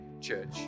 church